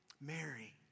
Mary